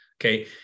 Okay